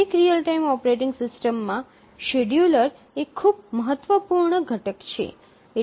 દરેક real time operating system માં scheduler એ ખૂબ મહત્વપૂર્ણ ઘટક છે